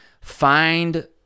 Find